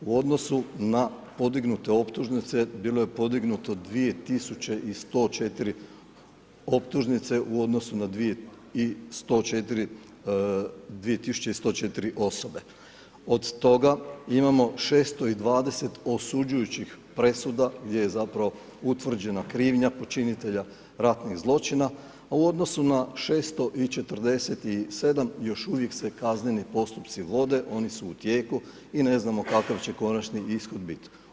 U odnosu na podignute optužnice, bilo je podignuto 2104 optužnice u odnosu na 2104 osobe, od toga imamo 620 osuđujućih presuda gdje je zapravo utvrđena krivnja počinitelja ratnih zločina, a u odnosu na 647 još uvijek se kazneni postupci vode, oni su u tijeku i ne znamo kakav će konačni ishod bit.